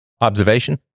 Observation